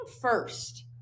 first